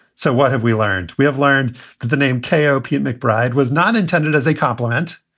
so what have we learned? we have learned that the name kopb mcbride was not intended as a compliment.